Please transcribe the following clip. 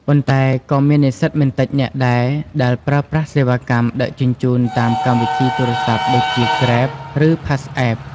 ប៉ុន្តែក៏មាននិស្សិតមិនតិចនាក់ដែរដែលប្រើប្រាស់សេវាកម្មដឹកជញ្ជូនតាមកម្មវិធីទូរស័ព្ទដូចជា គ្រេប (Grab) ឬ ផាសអេប (Passapp)។